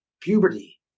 puberty